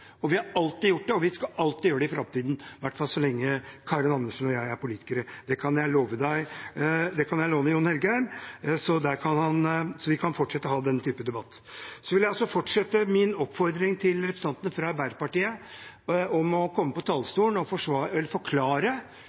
dem skal vi alltid forsvare. Vi har alltid gjort det, og vi skal alltid gjøre det i framtiden, i hvert fall så lenge Karin Andersen og jeg er politikere. Det kan jeg love Jon Engen-Helgheim, sånn at vi kan fortsette å ha denne typen debatt. Jeg vil også fortsette min oppfordring til representantene fra Arbeiderpartiet om å komme på talerstolen og forklare